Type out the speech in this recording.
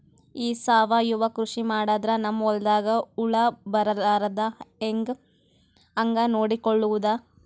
ಈ ಸಾವಯವ ಕೃಷಿ ಮಾಡದ್ರ ನಮ್ ಹೊಲ್ದಾಗ ಹುಳ ಬರಲಾರದ ಹಂಗ್ ನೋಡಿಕೊಳ್ಳುವುದ?